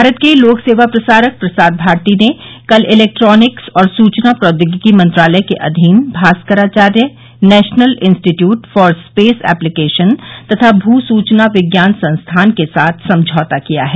भारत के लोक सेवा प्रसारक प्रसार भारती ने कल इलेक्ट्रॉनिक्स और सूचना प्रौद्योगिकी मंत्रालय के अधीन Bhaskaracharya National Institute for Space Application तथा भू सूचना विज्ञान संस्थान के साथ समझौता किया है